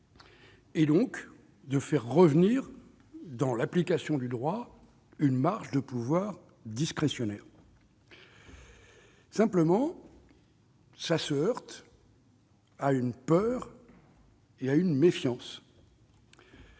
donc de faire revenir dans l'application du droit une marge de pouvoir discrétionnaire. Simplement, le pouvoir d'appréciation se heurte à une peur et à une méfiance,